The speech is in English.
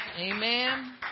Amen